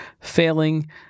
failing